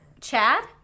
Chad